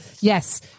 Yes